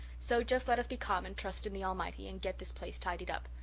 so just let us be calm and trust in the almighty and get this place tidied up.